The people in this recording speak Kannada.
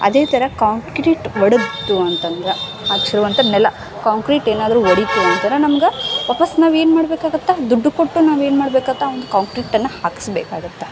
ಅದೇ ಥರ ಕಾಂಕ್ರೀಟ್ ಒಡೆತು ಅಂತಂದ್ರೆ ಹಾಕ್ಸಿರುವಂಥ ನೆಲ ಕಾಂಕ್ರೀಟ್ ಏನಾದರು ಒಡಿತು ಅಂದ್ರೆ ನಮ್ಗೆ ವಾಪಾಸ್ ನಾವು ಏನು ಮಾಡ್ಬೇಕು ಆಗುತ್ತೆ ದುಡ್ಡು ಕೊಟ್ಟು ನಾವೇನು ಮಾಡ್ಬೇಕಾತ ಆ ಒಂದು ಕಾಂಕ್ರೀಟನ್ನ ಹಾಕ್ಸ್ಬೇಕಾಗುತ್ತೆ